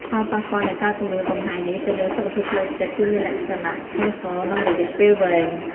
ផលប៉ះពាល់នៃការគំរាមកំហែងនេះទៅលើសុខភាពផ្លូវចិត្តគឺមានលក្ខណៈធ្ងន់ធ្ងរ និងរយៈពេលវែង។